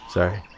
Sorry